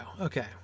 Okay